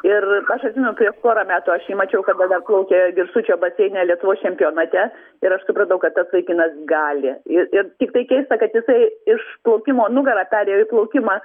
ir aš atsimenu prieš porą metų aš jį mačiau kada dar plaukė girstučio baseine lietuvos čempionate ir aš supratau kad tas vaikinas gali ir ir tiktai keista kad jisai iš plaukimo nugara perėjo į plaukimą